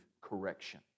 correction